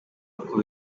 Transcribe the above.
uko